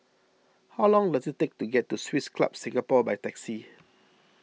how long does it take to get to Swiss Club Singapore by taxi